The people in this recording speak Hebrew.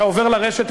אתה עובר לרשת,